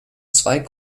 zwei